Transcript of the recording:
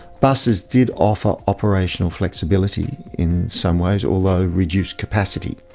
buses did offer operational flexibility in some ways, although reduced capacity.